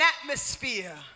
atmosphere